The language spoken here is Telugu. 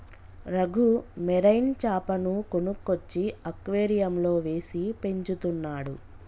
రఘు మెరైన్ చాపను కొనుక్కొచ్చి అక్వేరియంలో వేసి పెంచుతున్నాడు